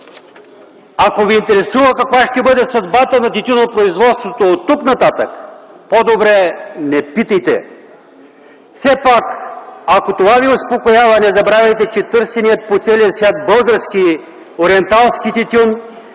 Ако ви интересува каква ще бъде съдбата на тютюнопроизводството оттук нататък – по-добре не питайте! Все пак, ако това ви успокоява, не забравяйте, че търсеният по целия свят български ориенталски тютюн